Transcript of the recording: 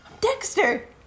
Dexter